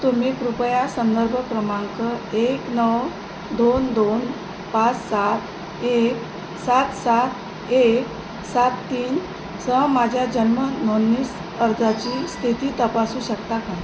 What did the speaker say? तुम्ही कृपया संदर्भ क्रमांक एक नऊ दोन दोन पाच सात एक सात सात एक सात तीन सह माझ्या जन्म नोंदणी अर्जाची स्थिती तपासू शकता का